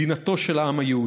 מדינתו של העם היהודי,